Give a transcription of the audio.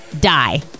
die